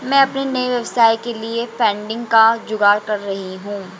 मैं अपने नए व्यवसाय के लिए फंडिंग का जुगाड़ कर रही हूं